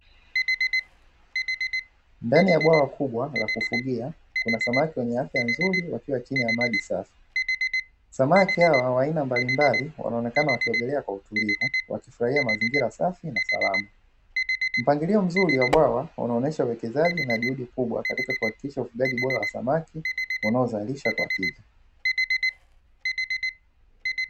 Ndani ya bwawa kubwa la kufugia, kuna samaki wenye afya nzuri wakiwa chini ya maji safi. Samaki hawa wa aina mbalimbali, wanaonekana wakiogelea kwa utulivu, wakifurahia mazingira safi na salama. Mpangilio mzuri wa bwawa, unaonyesha uwekezaji na juhudi kubwa katika kuhakikisha ufugaji bora wa samaki unaozalisha kwa tija.